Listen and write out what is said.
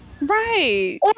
right